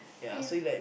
ya